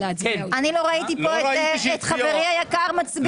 אני לא ראיתי פה את חברי היקר מצביע.